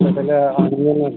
তাহলে